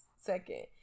second